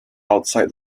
outside